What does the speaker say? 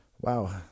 Wow